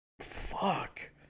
Fuck